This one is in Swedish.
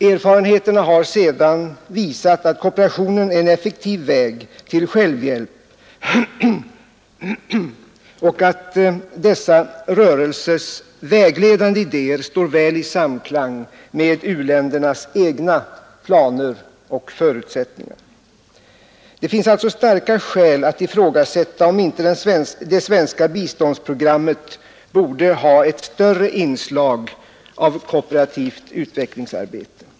Erfarenheterna har sedan visat att kooperation är en effektiv väg till självhjälp och att dessa rörelsers vägledande idéer står väl i samklang med u-ländernas egna planer och förutsättningar. Det finns alltså starka skäl att ifrågasätta om inte det svenska biståndsprogrammet borde ha ett större inslag av kooperativt utvecklingsarbete.